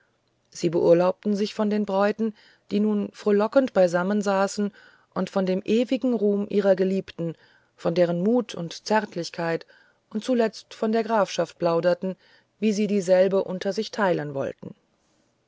sie beurlaubten sich von den bräuten die nun frohlockend beisammensaßen und von dem ewigen ruhm ihrer geliebten von deren mut und zärtlichkeit und zuletzt von der grafschaft plauderten wie sie dieselbe unter sich teilen wollten